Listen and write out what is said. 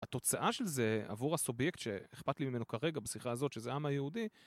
התוצאה של זה עבור הסובייקט שאיכפת לי ממנו כרגע בשיחה הזאת, שזה העם היהודי